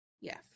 Yes